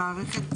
למערכת